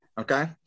okay